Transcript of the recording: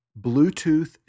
Bluetooth